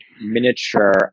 miniature